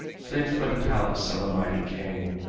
fit for the palace of a mighty king.